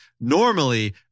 normally